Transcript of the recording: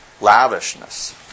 Lavishness